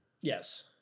Yes